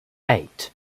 eight